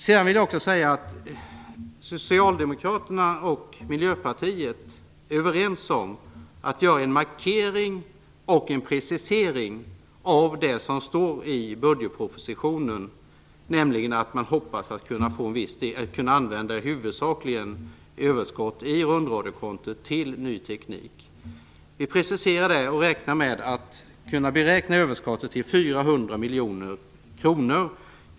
Jag vill också säga att Socialdemokraterna och Miljöpartiet är överens om att göra en markering och en precisering av det som står i budgetpropositionen, nämligen att man hoppas att kunna använda huvudsakligen överskott i rundradiokontot till ny teknik. Vi preciserar det och menar att man kan beräkna överskottet till 400 miljoner kronor.